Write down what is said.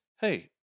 hey